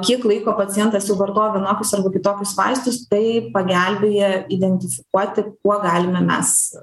kiek laiko pacientas jau vartoja vienokius arba kitokius vaistus tai pagelbėja identifikuoti kuo galime mes